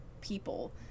people